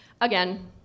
Again